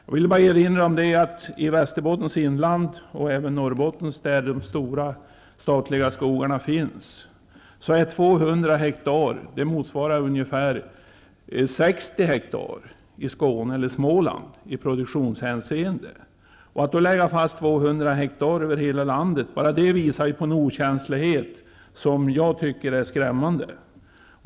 Jag vill erinra om att 200 hektar skog i Västerbottens inland -- och även i Norrbotten där de stora statliga skogarna finns -- motsvaras i produktionshänseende av 60 hektar i Skåne, eller i Småland. Att då fastställa summan 200 hektar för hela landet, visar på en okänslighet som jag finner skrämmande.